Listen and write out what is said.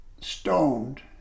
stoned